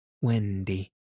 Wendy